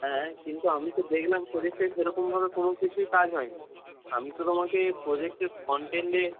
হ্যাঁ কিন্তু আমি তো দেখলাম প্রোজেক্টটায় সেরকমভাবে কোনো কিছুই কাজ হয়নি আমি তো তোমাকে প্রোজেক্টের ফ্রন্ট এন্ডে